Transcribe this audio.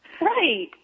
Right